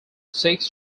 six